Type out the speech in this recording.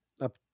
Up